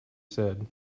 said